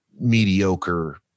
mediocre